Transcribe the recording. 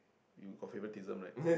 you got favouritism right